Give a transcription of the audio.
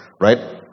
right